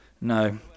no